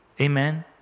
Amen